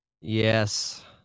Yes